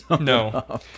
no